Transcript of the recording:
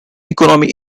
economy